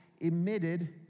emitted